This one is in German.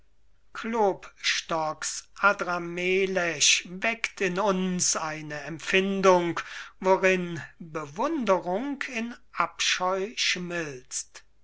klopstok's adramelech weckt in uns eine empfindung worin bewunderung in abscheu schmilzt